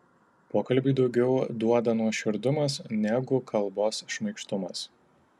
pokalbiui daugiau duoda nuoširdumas negu kalbos šmaikštumas